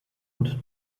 und